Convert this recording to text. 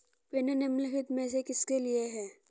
Pin निम्नलिखित में से किसके लिए है?